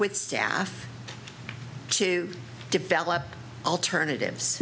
with staff to develop alternatives